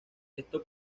esto